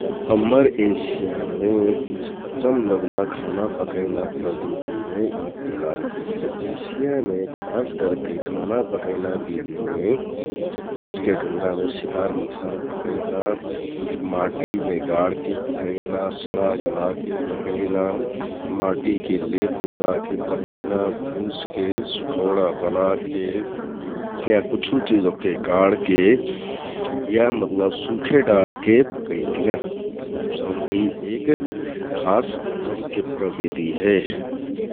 हम्मर एशियामे कुछ अच्चम लगना खाना पकैना प्रविधिमे कुछ यि प्रकारके हे । एशियामे खास करके खाना पकैना बिधिमे बाँसके ढुँङ्गरामे सिकार मछार पकैना, माटिमे गाडके पकैना, सडा गलाके पकैना, माटिके लेप लगाके पकैना, भुजके, सुखौडा बनाके, या कुछु चिज ओहके गाडके या मतलब सुखे डारके पकैतियाँ । जौनकि एक खास अचमके प्रबिधि हे ।